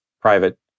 private